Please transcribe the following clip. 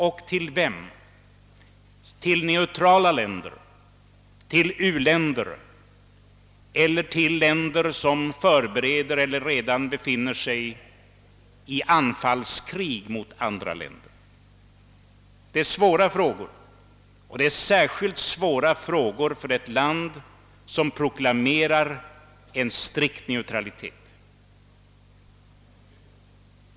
Skall vi exportera till neutrala länder, till u-länder eller till länder som förbereder eller redan befinner sig i anfallskrig mot andra länder? Detta är svåra frågor, och jag tror att det är särskilt svåra för ett land som proklamerar en strikt neutralitet.